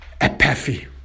apathy